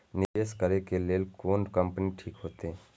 निवेश करे के लेल कोन कंपनी ठीक होते?